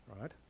Right